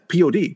POD